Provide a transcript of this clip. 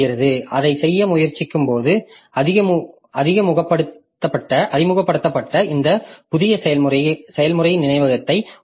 அதைச் செய்ய முயற்சிக்கும்போது அறிமுகப்படுத்தப்பட்ட இந்த புதிய செயல்முறைக்கு நினைவகத்தை ஒதுக்க வேண்டும்